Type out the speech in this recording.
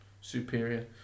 superior